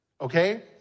Okay